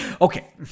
Okay